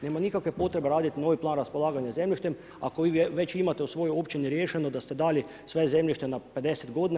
Nema nikakve potrebe raditi novi Plan raspolaganja zemljištem ako vi već imate u svojoj općini riješeno da ste dali sve zemljište na 50 godina.